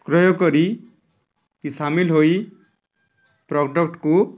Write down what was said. କ୍ରୟ କରି କି ସାମିଲ ହୋଇ ପ୍ରଡକ୍ଟକୁ